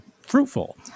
fruitful